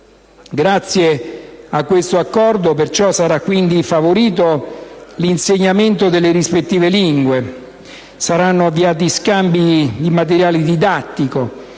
Grazie a questo Accordo sarà quindi favorito l'insegnamento delle rispettive lingue, saranno avviati scambi di materiale didattico,